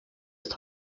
ist